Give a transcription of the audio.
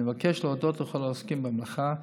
אני מבקש להודות לכל העוסקים במלאכה,